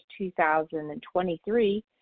2023